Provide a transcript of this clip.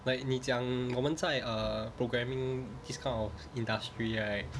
like 你讲我们在 err programming this kind of industry right